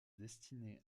destiné